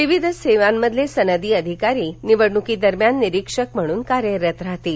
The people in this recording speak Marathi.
विविध सेवांमधले सनदी अधिकारी निवडणुकीदरम्यान निरीक्षक म्हणून कार्यरत राहतील